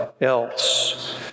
else